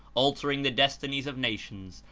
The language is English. al tering the destinies of nations,